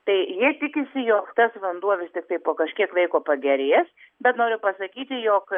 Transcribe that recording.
tai jie tikisi jog tas vis tiktai po kažkiek laiko pagerės bet noriu pasakyti jog